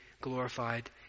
glorified